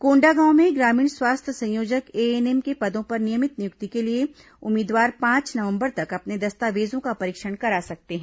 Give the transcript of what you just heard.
कोंडागांव में ग्रामीण स्वास्थ्य संयोजक एएनएम के पदों पर नियमित नियुक्ति के लिए उम्मीदवार पांच नवंबर तक अपने दस्तावेजों का परीक्षण करा सकते हैं